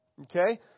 Okay